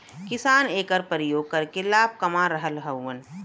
किसान एकर परियोग करके लाभ कमा रहल हउवन